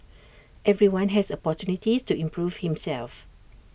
everyone has opportunities to improve himself